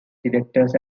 directors